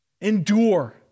Endure